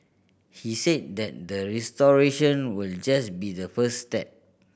he said that the restoration will just be the first step